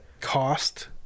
cost